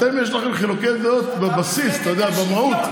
אתם, יש לכם חילוקי דעות בבסיס, במהות.